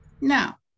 Now